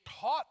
taught